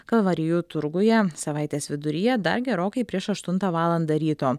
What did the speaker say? kalvarijų turguje savaitės viduryje dar gerokai prieš aštuntą valandą ryto